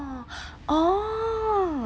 oh oh